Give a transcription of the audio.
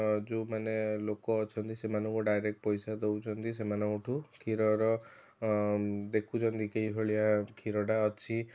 ଯେଉଁମାନେ ଲୋକ ଅଛନ୍ତି ସେମାନଙ୍କୁ ଡ଼ାଇରେକ୍ଟ ପଇସା ଦେଉଛନ୍ତି ସେମାନଙ୍କଠାରୁ କ୍ଷୀରର ଦେଖୁଛନ୍ତି କେଉଁଭଳିଆ କ୍ଷୀରଟା ଅଛି